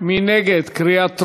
ומי נגד, בקריאה טרומית?